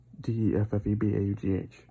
D-E-F-F-E-B-A-U-G-H